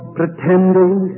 pretending